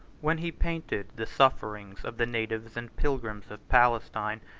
when he painted the sufferings of the natives and pilgrims of palestine,